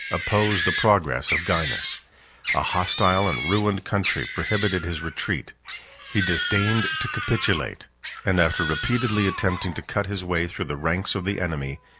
opposed the progress of gainas a hostile and ruined country prohibited his retreat he disdained to capitulate and after repeatedly attempting to cut his way through the ranks of the enemy,